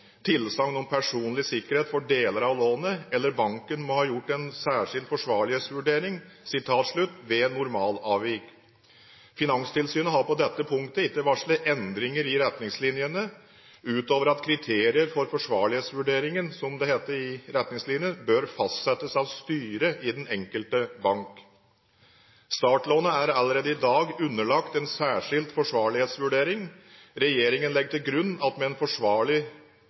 tilsagn om personlig sikkerhet for deler av lånet eller banken må ha gjort en særskilt forsvarlighetsvurdering» ved normalavvik. Finanstilsynet har på dette punktet ikke varslet endringer i retningslinjene, utover at kriterier for forsvarlighetsvurderingen, som det heter i retningslinjene, «bør fastsettes av styret i den enkelte bank». Startlånet er allerede i dag underlagt en særskilt forsvarlighetsvurdering. Regjeringen legger til grunn at med en fortsatt forsvarlig